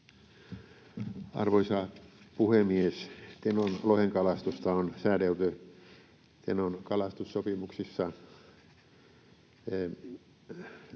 Arvoisa puhemies! Tenon lohenkalastusta on säädelty Tenon kalastussopimuksissa lähes